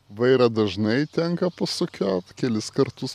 vairą dažnai tenka pasukiot kelis kartus